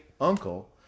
uncle